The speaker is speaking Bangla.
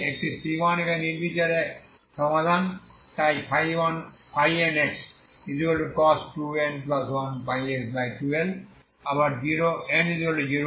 একটি c1 এখানে নির্বিচারে সমাধান তাই nxcos 2n1πx2L আবার n 0123